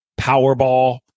Powerball